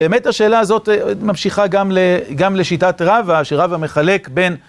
באמת השאלה הזאת ממשיכה גם לשיטת רבא, שרבא מחלק בין...